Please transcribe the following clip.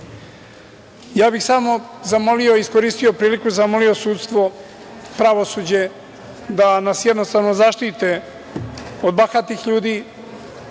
bih zamolio i iskoristio priliku, zamolio sudstvo, pravosuđe da nas jednostavno zaštite od bahatih ljudi,